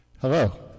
hello